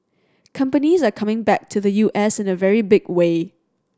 companies are coming back to the U S in a very big way